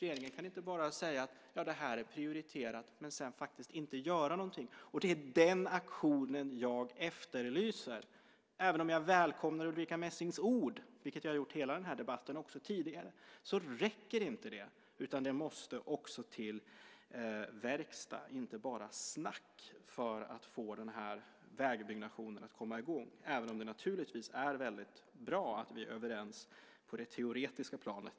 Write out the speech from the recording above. Regeringen kan inte bara säga att det här är prioriterat men sedan faktiskt inte göra någonting. Det är den aktionen, som jag efterlyser. Jag välkomnar Ulrica Messings ord, vilket jag har gjort under hela den här debatten och också tidigare, med det räcker inte. Det måste också till verkstad, inte bara snack, för att få den här vägbyggnationen att komma i gång. Det är naturligtvis väldigt bra att vi är överens på det teoretiska planet.